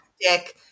dick